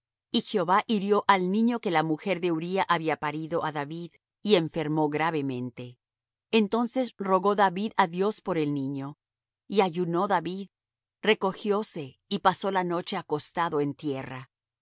jehová hirió al niño que la mujer de uría había parido á david y enfermó gravemente entonces rogó david á dios por el niño y ayunó david recogióse y pasó la noche acostado en tierra